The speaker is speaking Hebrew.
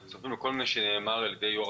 אנחנו תומכים בכל מה שנאמר על ידי יושב-ראש